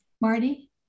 Marty